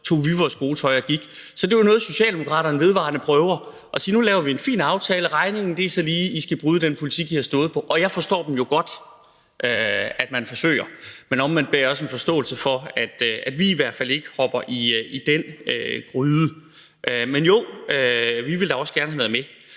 tog vi vores gode tøj og gik. Så det er jo noget, Socialdemokraterne vedvarende prøver at gøre, altså at de siger: Nu laver vi en fin aftale, og regningen er så lige, at I skal bryde med den politik, I har stået for. Og jeg forstår jo godt, at man forsøger, men omvendt beder jeg om forståelse for, at vi i hvert fald ikke hopper i den gryde. Men jo, vi ville da også gerne have været med.